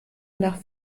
nach